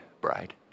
bride